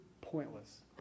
pointless